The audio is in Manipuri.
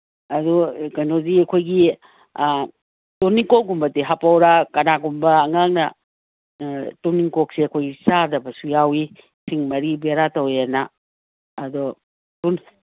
ꯑꯗꯨ ꯀꯩꯅꯣꯗꯤ ꯑꯩꯈꯣꯏꯒꯤ ꯇꯨꯅꯤꯡꯈꯣꯛꯀꯨꯝꯕꯗꯤ ꯍꯥꯞꯄꯛꯎꯔꯥ ꯀꯅꯥꯒꯨꯝꯕ ꯑꯉꯥꯡꯅ ꯇꯨꯅꯤꯡꯈꯣꯛꯁꯦ ꯑꯩꯈꯣꯏ ꯆꯥꯗꯕꯁꯨ ꯌꯥꯎꯋꯤ ꯏꯁꯤꯡ ꯃꯔꯤ ꯕꯦꯔꯥ ꯇꯧꯋꯦꯅ ꯑꯗꯣ